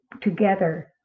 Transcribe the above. together